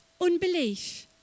Unbelief